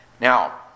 Now